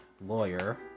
lawyer